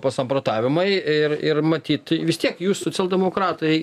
pasamprotavimai ir ir matyt vis tiek jūs socialdemokratai